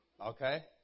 Okay